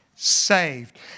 Saved